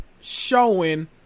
showing